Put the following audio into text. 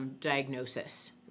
diagnosis